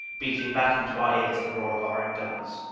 beating back into our ears the roar of our own guns.